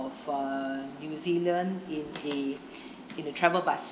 of uh new zealand in a in a travel bus